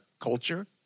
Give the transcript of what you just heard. culture